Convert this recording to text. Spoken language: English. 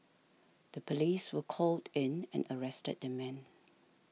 the police were called in and arrested the man